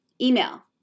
email